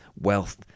wealth